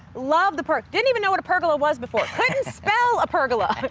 love the pergola. didn't even know what a pergola was before. couldn't spell a pergola.